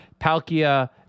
Palkia